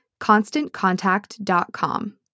ConstantContact.com